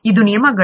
ಇದು ನಿಯಮಗಳು